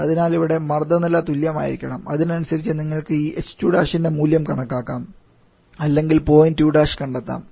അതിനാൽ ഇവിടെ മർദ്ദ നില തുല്യമായിരിക്കണം അതിനനുസരിച്ച് നിങ്ങൾക്ക് ഈ h2 ന്റെ മൂല്യം കണക്കാക്കാംഅല്ലെങ്കിൽ പോയിന്റ് 2' കണ്ടെത്താം